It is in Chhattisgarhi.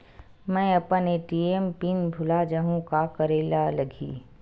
मैं अपन ए.टी.एम पिन भुला जहु का करे ला लगही?